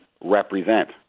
represent